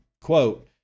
Quote